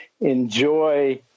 enjoy